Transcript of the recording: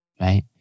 right